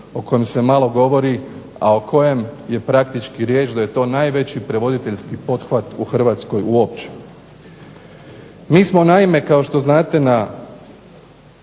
o kojem se malo govori, a u kojem je praktički riječ da je to najveći prevoditeljski pothvat u Hrvatskoj uopće. Mi smo naime, kao što znate,